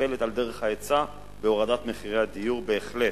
מטפלת על דרך ההיצע בהורדת מחירי הדיור, בהחלט,